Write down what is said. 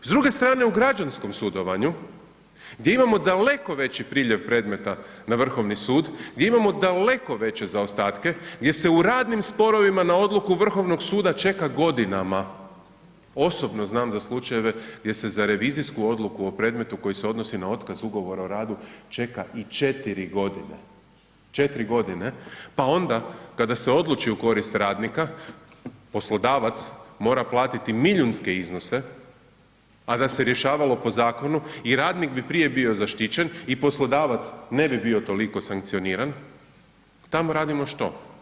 S druge strane u građanskom sudovanju, gdje imamo daleko veći priljev predmeta na Vrhovni sud, gdje imamo daleko veće zaostatke, gdje se u radnim sporovima na odluku Vrhovnog suda čeka godinama, osobno znam za slučajeve gdje se za revizijsku odluku o predmetu koji se odnosi za otkaz ugovora o redu čeka i 4 g., 4 g., pa onda kada se odluči u korist radnika, poslodavac mora platiti milijunske iznose a da se rješavalo po zakonu i radnik bi prije bio zaštićen i poslodavac ne bi bio toliko sankcioniran, tamo radimo što?